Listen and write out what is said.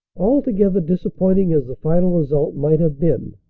altogether, disappointing as the final result might have been,